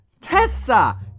Tessa